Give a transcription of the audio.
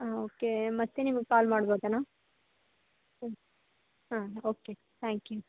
ಹಾಂ ಓಕೆ ಮತ್ತೆ ನಿಮಗೆ ಕಾಲ್ ಮಾಡ್ಬೋದಾ ನಾ ಹ್ಞೂ ಹಾಂ ಓಕೆ ತ್ಯಾಂಕ್ ಯು